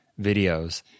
videos